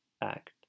act